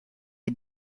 est